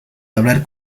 hablar